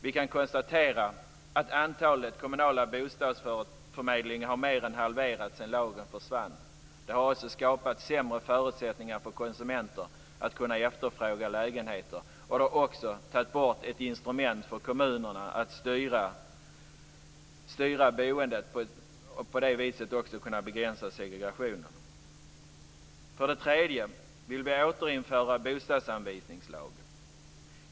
Vi kan konstatera att antalet kommunala bostadsförmedlingar har mer än halverats sedan lagen försvann. Det har också skapat sämre förutsättningar för konsumenterna att efterfråga lägenheter. Det har också tagit bort ett instrument för kommunerna att styra boendet och på det sättet också kunna begränsa segregationen. För det tredje vill vi återinföra bostadsanvisningslagen.